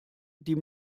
die